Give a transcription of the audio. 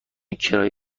کرایه